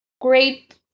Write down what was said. great